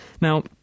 Now